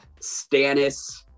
Stannis-